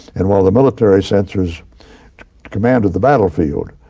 and while the military censors command of the battlefield.